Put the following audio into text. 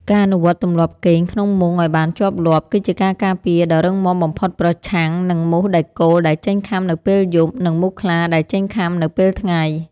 ការអនុវត្តទម្លាប់គេងក្នុងមុងឱ្យបានជាប់លាប់ គឺជាការការពារដ៏រឹងមាំបំផុតប្រឆាំងនឹងមូសដែកគោលដែលចេញខាំនៅពេលយប់ និងមូសខ្លាដែលចេញខាំនៅពេលថ្ងៃ។